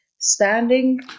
Standing